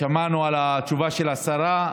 שמענו את התשובה של השרה.